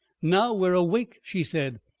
now we're awake, she said,